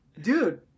dude